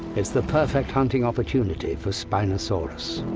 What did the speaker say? it's the perfect hunting opportunity for spinosaurus.